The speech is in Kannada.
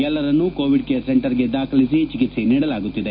ಎಲ್ಲರನ್ನು ಕೋವಿಡ್ ಕೇರ್ ಸೆಂಟರ್ಗೆ ದಾಖಲಿಸಿ ಚಿಕಿತ್ಸೆ ನೀಡಲಾಗುತ್ತಿದೆ